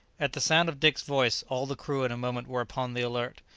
at the sound of dick's voice all the crew, in a moment, were upon the alert.